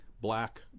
Black